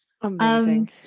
Amazing